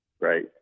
Right